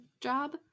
job